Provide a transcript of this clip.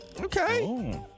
Okay